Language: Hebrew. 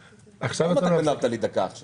קצר אבל זה על חשבון ההתייעצות הסיעתית הבאה.